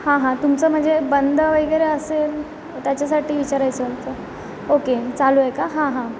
हां हां तुमचं म्हणजे बंद वगैरे असेल त्याच्यासाठी विचारायचं होतं ओके चालू आहे का हां हां